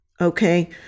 okay